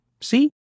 See